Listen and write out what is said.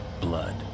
Blood